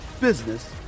business